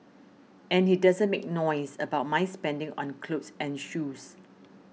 and he doesn't make noise about my spending on clothes and shoes